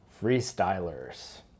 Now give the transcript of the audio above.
Freestylers